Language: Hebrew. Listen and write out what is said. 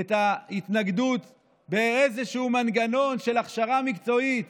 את ההתנגדות באיזשהו מנגנון של הכשרה מקצועית.